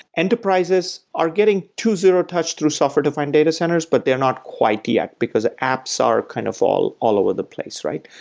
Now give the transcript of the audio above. enterprises are getting to zero-touch through software define data centers, but they're not quite yet, because apps are kind of all all over the place, right?